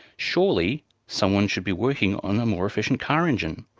surely someone should be working on a more efficient car engine.